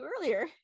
earlier